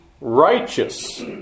righteous